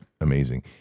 amazing